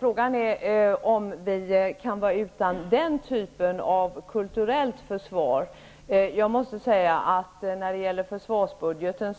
Frågan är om vi kan vara utan den typen av kulturellt försvar. När det gäller försvarsbudgeten